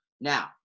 Now